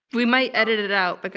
we may edit it out, like